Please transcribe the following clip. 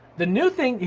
the new thing,